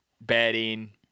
bedding